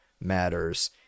matters